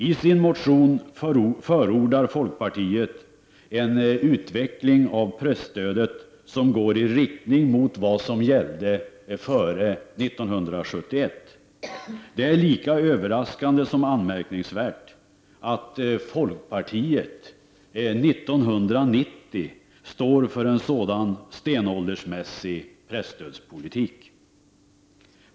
I sin motion förordar folkpartiet en utveckling av presstödet som går i riktning mot vad som gällde före 1971. Det är lika överraskande som anmärkningsvärt att folkpartiet år 1990 står för en sådan stenåldersmässig presstödspolitik.